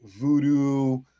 voodoo